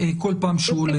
כל פעם שהוא עולה,